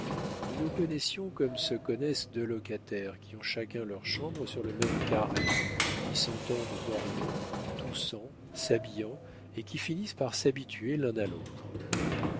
nous nous connaissions comme se connaissent deux locataires qui ont chacun leur chambre sur le même carré qui s'entendent dormant toussant s'habillant et qui finissent par s'habituer l'un à l'autre